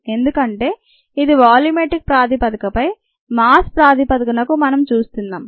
ఎందుకంటే ఇది వాల్యూమెట్రిక్ ప్రాతిపదికపై మాస్ ప్రాతిపదినకు మనం చూస్తున్నాం